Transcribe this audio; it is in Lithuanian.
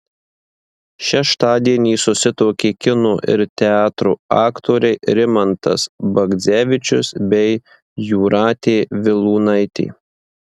šeštadienį susituokė kino ir teatro aktoriai rimantas bagdzevičius bei jūratė vilūnaitė